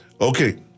Okay